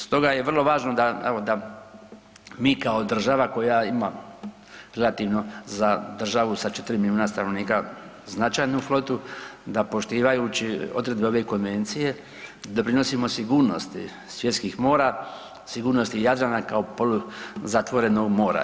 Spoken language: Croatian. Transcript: Stoga je vrlo važno da evo da mi kao država koja ima relativno za državu sa 4 miliona stanovnika značajnu flotu da poštivajući odredbe ove konvencije doprinosimo sigurnosti svjetskih mora, sigurnosti Jadrana kao poluzatvorenog mora.